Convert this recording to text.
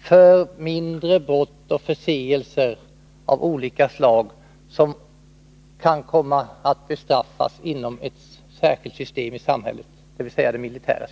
för mindre brott och förseelser av olika slag, som kan komma att utmätas inom ett särskilt system i samhället, dvs. det militära.